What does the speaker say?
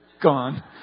gone